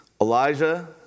Elijah